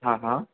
हा हा